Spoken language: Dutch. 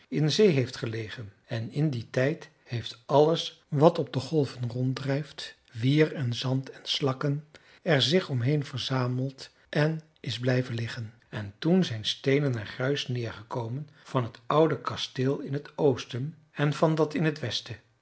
in zee heeft gelegen en in dien tijd heeft alles wat op de golven ronddrijft wier en zand en slakken er zich omheen verzameld en is blijven liggen en toen zijn steenen en gruis neergekomen van het oude kasteel in het oosten en van dat in het westen